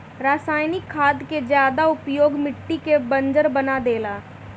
रासायनिक खाद के ज्यादा उपयोग मिट्टी के बंजर बना देला